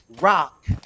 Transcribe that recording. rock